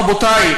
רבותי,